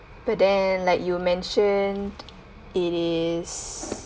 but then like you mentioned it is